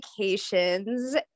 vacations